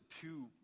two